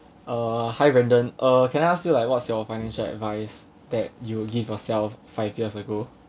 err hi brandon uh can ask you like what's your financial advice that you will give yourself five years ago